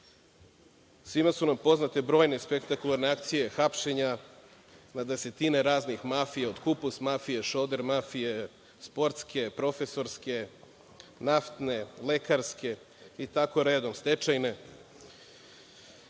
su nam poznate brojne spektakularne akcije hapšenja, na desetine raznih mafija, od kupus mafije, šoder mafije, sportske, profesorske, naftne, lekarske, stečajne